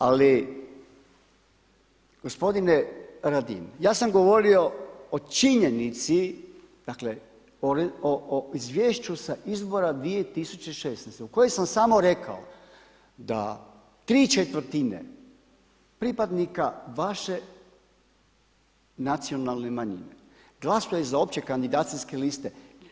Ali gospodine Radin ja sam govorio o činjenici, dakle o izvješću sa izbora 2016. u kojoj sam samo rekao da ¾ pripadnika vaše nacionalne manjine glasuje za opće kandidacijske liste.